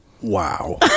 Wow